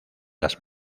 las